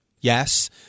yes